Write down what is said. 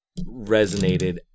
resonated